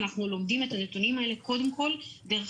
אנחנו לומדים את הנתונים האלה קודם כל דרך